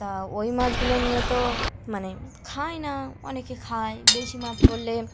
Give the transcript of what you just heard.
তা ওই মাছগুলো নিয়ে তো মানে খাই না অনেকে খায় বেশি মাছ পড়লে